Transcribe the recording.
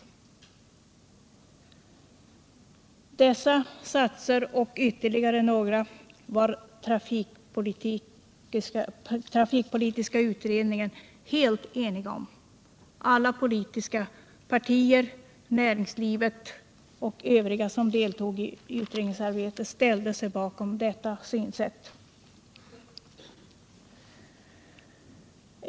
Dessa satser och ytterligare några var trafikpolitiska utredningen helt enig om. Representanter för alla politiska partier, näringslivet och övriga som deltog i utredningsarbetet ställde sig bakom detta synsätt.